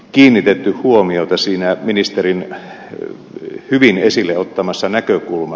kiinnitetty huomiota siinä ministerinä hyvin esille ottamassa näkökulma